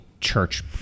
church